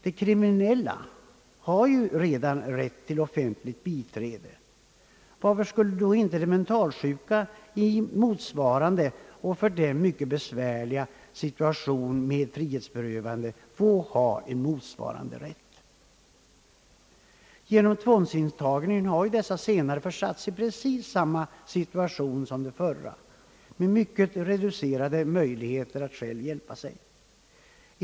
De kriminella har ju redan rätt till offentligt biträde — varför skulle då ej de mentalsjuka i motsvarande och för dem mycket besvärliga situationer med frihetsberövanden få ha en motsvarande rätt? Genom tvångsintagningen har ju de senare försatts i precis samma situation som de kriminella, de har mycket reducerade möjligheter att själva ta till vara sina iniressen.